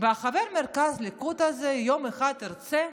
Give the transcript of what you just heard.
וחבר מרכז הליכוד הזה יום אחד ירצה,